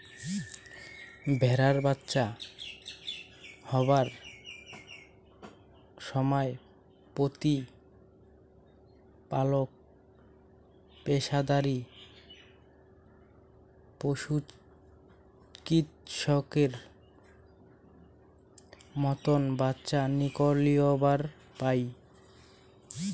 ভ্যাড়ার বাচ্চা হবার সমায় প্রতিপালক পেশাদারী পশুচিকিৎসকের মতন বাচ্চা নিকলিবার পায়